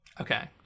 Okay